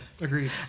agreed